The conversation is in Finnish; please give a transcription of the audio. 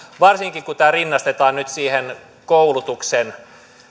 varsinkin kun tämä rinnastetaan nyt siihen koulutuksen